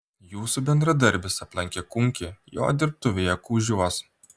jūsų bendradarbis aplankė kunkį jo dirbtuvėje kužiuos